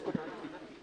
פרובוקציות.